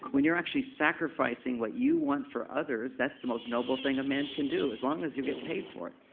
when you're actually sacrificing what you want for others that's the most noble thing a man can do, as long as you get paid for it